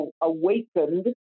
awakened